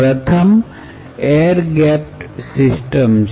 પ્રથમ air gapped system છે